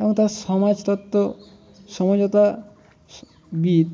এবং তার সমাজতত্ত্ব বিদ